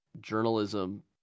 journalism